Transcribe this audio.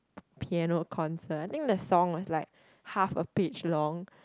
piano concert I think the song was like half a page long